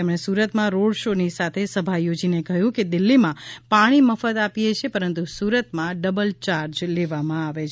તેમણે સુરતમાં રોડ શોની સાથે સભા યોજીને કહ્યું કે દિલ્હીમાં પાણી મફત આપીએ છીએ પરંતુ સુરતમાં ડબલ ચાર્જ લેવામાં આવે છે